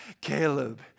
Caleb